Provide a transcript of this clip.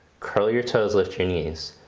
curl your toes, lift your knees.